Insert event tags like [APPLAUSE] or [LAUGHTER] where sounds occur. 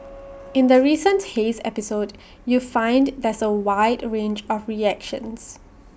[NOISE] in the recent haze episode you find there's A wide range of reactions